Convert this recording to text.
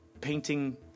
painting